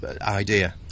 idea